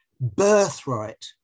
birthright